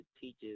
teaches